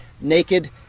Naked